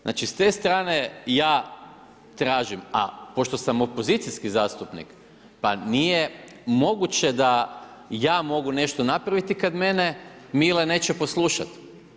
Znači s te strane ja tražim a pošto sam opozicijski zastupnik, pa nije moguće da ja mogu nešto napraviti kad mene Mile neće poslušati.